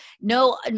no